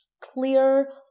clear